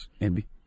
Envy